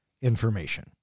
information